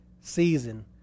season